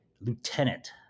lieutenant